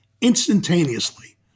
instantaneously